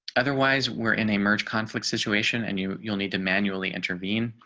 otherwise, we're in a merge conflict situation and you will need to manually intervene.